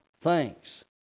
thanks